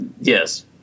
Yes